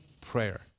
prayer